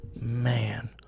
Man